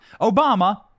Obama